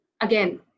Again